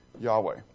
Yahweh